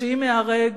שאם איהרג